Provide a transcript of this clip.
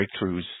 breakthroughs